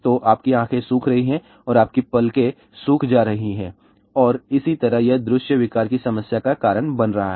तो आपकी आँखें सूख रही हैं आपकी पलकें सूख जा रही हैं और इसी तरह यह दृश्य विकार की समस्या का कारण बन रहा है